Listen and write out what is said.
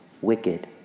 wicked